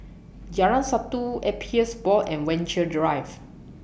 Jalan Satu Appeals Board and Venture Drive